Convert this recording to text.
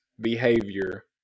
behavior